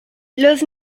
los